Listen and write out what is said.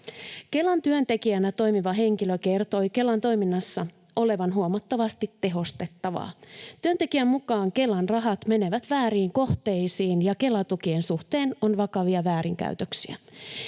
Kelan työntekijänä toimiva henkilö kertoi Kelan toiminnassa olevan huomattavasti tehostettavaa. Työntekijän mukaan Kelan rahat menevät vääriin kohteisiin ja Kela-tukien suhteen on vakavia väärinkäytöksiä.